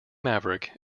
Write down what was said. maverick